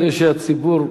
כדי שהציבור,